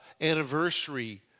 anniversary